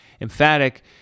Emphatic